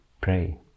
pray